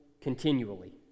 continually